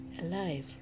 alive